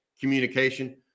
communication